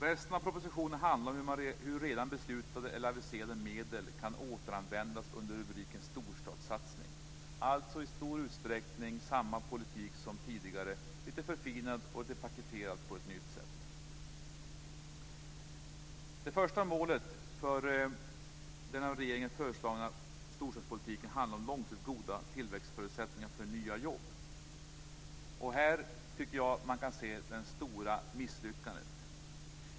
Resten av propositionen handlar om hur redan beslutade eller aviserade medel kan återanvändas under rubriken "storstadssatsning". Propositionen innehåller alltså i stor utsträckning samma politik som tidigare, lite förfinad och paketerad på ett nytt sätt. Det första målet för den av regeringen föreslagna storstadspolitiken handlar om långsiktigt goda tillväxtförutsättningar för nya jobb. Här tycker jag att man kan se det stora misslyckandet.